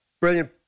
Brilliant